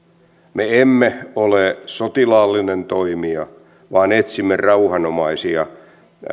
me emme ole sotilaallinen toimija vaan etsimme rauhanomaisia